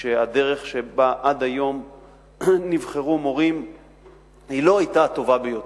שהדרך שבה עד היום נבחרו מורים לא היתה הטובה ביותר.